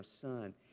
son